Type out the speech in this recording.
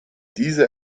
diese